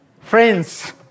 Friends